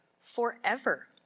forever